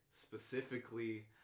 specifically